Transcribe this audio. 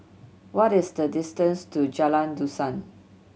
what is the distance to Jalan Dusan